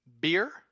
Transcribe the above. Beer